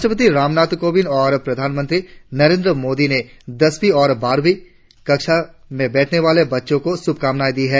राष्ट्रपति रामनाथ कोविंद और प्रधानमंत्री नरेंद्र मोदी ने दसवीं और बारहवी परीक्षा में बैठने वाले बच्चों को शुभकामनाएं दी है